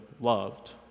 loved